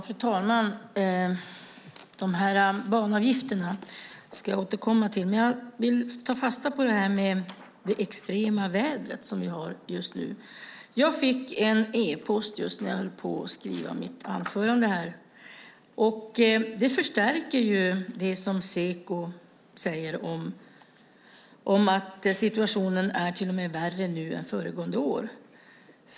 Fru talman! Banavgifterna ska jag återkomma till. Jag vill ta fasta på det extrema väder som vi har just nu. Jag fick ett mejl just när jag höll på att skriva mitt anförande. Det förstärker det Seko säger om att situationen till och med är värre nu än föregående år.